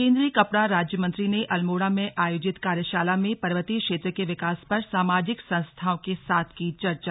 केंद्रीय कपड़ा राज्य मंत्री ने अल्मोड़ा में आयोजित कार्यशाला में पर्वतीय क्षेत्र के विकास पर सामाजिक संस्थाओं के साथ की चर्चा